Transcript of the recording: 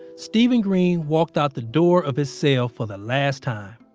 steven green walked out the door of his cell for the last time